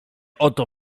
oto